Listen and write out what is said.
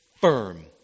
firm